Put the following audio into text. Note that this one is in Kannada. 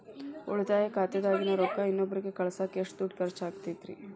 ಉಳಿತಾಯ ಖಾತೆದಾಗಿನ ರೊಕ್ಕ ಇನ್ನೊಬ್ಬರಿಗ ಕಳಸಾಕ್ ಎಷ್ಟ ದುಡ್ಡು ಖರ್ಚ ಆಗ್ತೈತ್ರಿ?